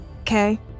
Okay